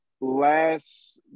last